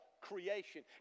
creation